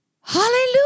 Hallelujah